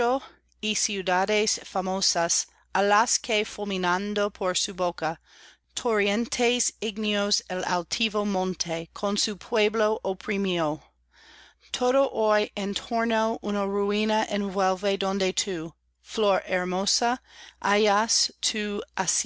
y ciudades famosas á las que fulminando por su boca torrentes ígneos el altivo monte con su pueblo oprimió todo hoy